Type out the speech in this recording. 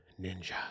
ninja